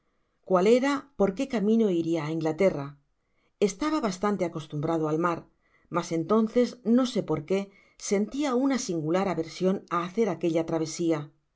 oual era por qué camino iriaá inglaterra estaba bastante acostumbrado al mar mas entonces no sé por qué sentia una singular aversion á hacer aquella travesia